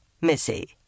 Missy